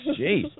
Jeez